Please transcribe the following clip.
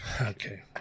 okay